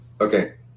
Okay